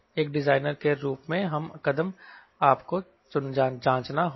एक डिजाइनर के रूप में हर कदम आपको जांचना होगा